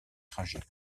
trajet